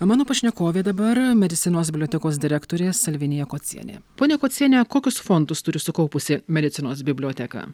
mano pašnekovė dabar medicinos bibliotekos direktorė salvinija kocienė ponia kociene kokius fondus turi sukaupusi medicinos biblioteka